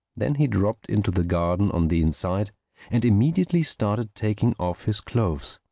then he dropped into the garden on the inside and immediately started taking off his clothes.